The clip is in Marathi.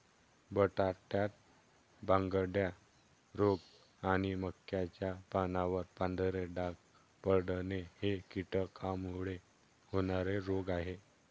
बटाट्यात बांगड्या रोग आणि मक्याच्या पानावर पांढरे डाग पडणे हे कीटकांमुळे होणारे रोग आहे